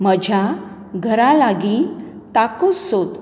म्हज्या घरालागीं टाकोस सोद